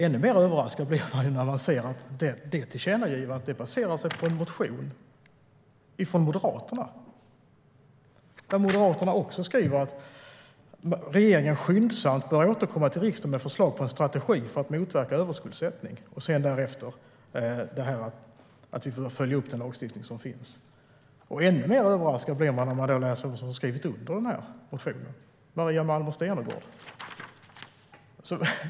Ännu mer överraskad blir jag när jag ser att tillkännagivandet baseras på en motion från Moderaterna. De skriver också att "regeringen skyndsamt bör återkomma till riksdagen med förslag på en strategi för att motverka överskuldsättning" och därefter att vi "bör följa upp den lagstiftning som nu finns". Ytterligare överraskad blir man när man läser vem som har skrivit under motionen - Maria Malmer Stenergard.